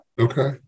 Okay